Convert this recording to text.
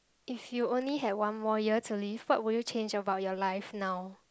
if you only had one more year to live what would you change about your life now